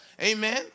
Amen